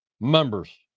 members